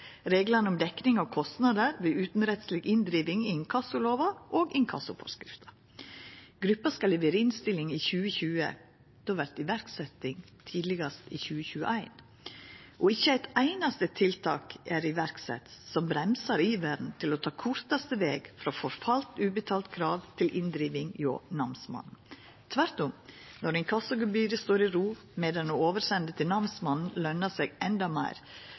reglane om dekning av kostnader ved utanrettsleg inndriving i inkassoloven og inkassoforskrifta Gruppa skal levera innstilling i 2020. Då vert det iverksetjing tidlegast i 2021. Og ikkje eit einaste tiltak er sett i verk som bremsar iveren etter å ta kortaste veg frå forfalne, ubetalte krav til inndriving hjå namsmannen. Tvert om: Når inkassogebyret står i ro, medan oversending til namsmannen løner seg endå meir,